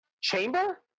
chamber